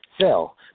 sell